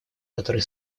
которые